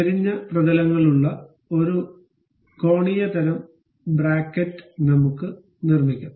ചെരിഞ്ഞ പ്രതലങ്ങളുള്ള ഒരു l കോണീയ തരം ബ്രാക്കറ്റ് നമുക്ക് നിർമ്മിക്കും